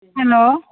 hello